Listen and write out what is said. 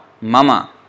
Mama